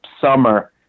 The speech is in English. summer